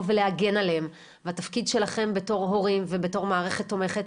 ולהגן עליהם והתפקיד שלכם בתור הורים ובתור מערכת תומכת,